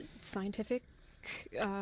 scientific